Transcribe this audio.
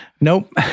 Nope